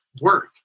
work